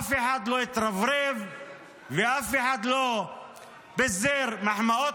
אף אחד לא התרברב ואף אחד לא פיזר מחמאות.